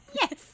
yes